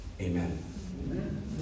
Amen